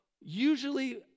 usually